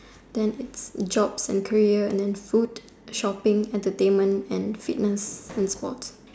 then jobs and career and then food shopping entertainment and fitness and sports